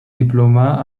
diplomà